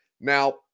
Now